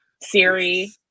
Siri